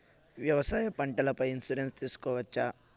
వ్యవసాయ పంటల పై ఇన్సూరెన్సు తీసుకోవచ్చా?